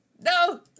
No